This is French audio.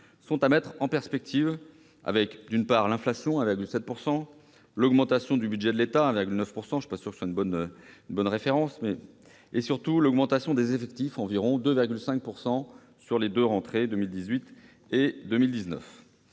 sont à mettre en perspective avec l'inflation à 1,7 %, l'augmentation du budget de l'État de 1,9 %- je ne suis pas sûr que ce soit une bonne référence -et, surtout, l'augmentation des effectifs d'environ 2,5 % sur les deux rentrées de 2018 et 2019.